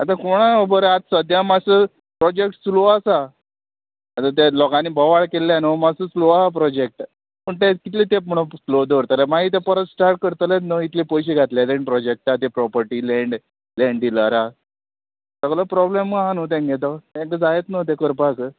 आतां कोणा खोबोर आतां सद्द्या मात्सो प्रोजेक्ट स्लो आसा आतां ते लोकांनी भोवाळ केल्ले न्हू मातसो स्लो आहा प्रोजेक्ट पूण ते कितले ते म्हुणू स्लो दवरतले मागीर ते परत स्टाट करतलेच न्हू इतले पयशे घातलेले प्रोजेक्टा तें प्रोपर्टी लँड लँड डिलराक सगलो प्रोब्लम आहा न्हू तेंगे तो तेंका जायत न्हू तें करपाक